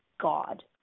God